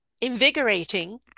invigorating